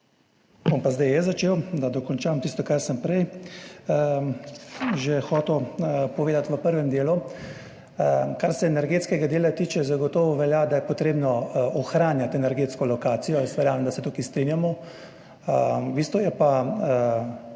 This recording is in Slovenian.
zdaj jaz začel, da dokončam tisto, kar sem že prej hotel povedati, v prvem delu. Kar se energetskega dela tiče, zagotovo velja, da je potrebno ohranjati energetsko lokacijo, verjamem, da se tukaj strinjamo. V bistvu je pa